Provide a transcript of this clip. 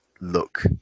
look